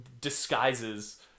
disguises